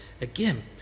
Again